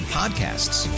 podcasts